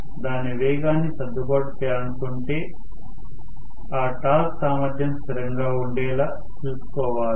నేను దాని వేగాన్ని సర్దుబాటు చేయాలనుకుంటే ఆ టార్క్ సామర్ధ్యం స్థిరంగా ఉండేలా చూసుకోవాలి